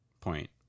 point